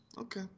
Okay